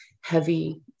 heavy